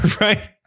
Right